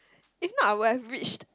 if not I would have reached